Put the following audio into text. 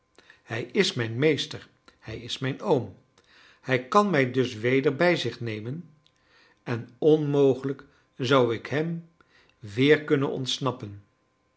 hij is mijn meester hij is mijn oom hij kan mij dus weder bij zich nemen en onmogelijk zou ik hem weer kunnen ontsnappen